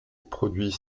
produit